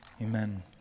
Amen